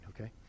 okay